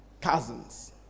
cousins